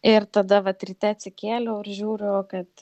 ir tada vat ryte atsikėliau ir žiūriu kad